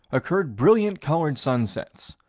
occurred brilliant-colored sunsets,